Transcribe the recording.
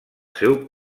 seu